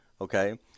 okay